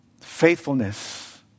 faithfulness